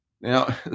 Now